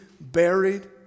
buried